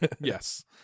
Yes